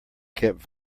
kept